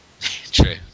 true